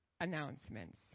announcements